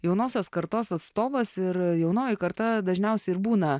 jaunosios kartos atstovas ir jaunoji karta dažniausia ir būna